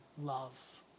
love